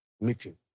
meeting